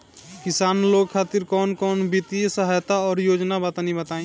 किसान लोग खातिर कवन कवन वित्तीय सहायता और योजना बा तनि बताई?